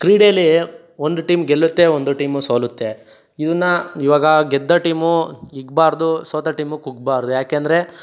ಕ್ರೀಡೆಲಿ ಒಂದು ಟೀಮ್ ಗೆಲ್ಲುತ್ತೆ ಒಂದು ಟೀಮು ಸೋಲುತ್ತೆ ಇದನ್ನು ಇವಾಗ ಗೆದ್ದ ಟೀಮು ಹಿಗ್ಗಬಾರ್ದು ಸೋತ ಟೀಮು ಕುಗ್ಗಬಾರ್ದು ಏಕೆಂದ್ರೆ